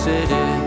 City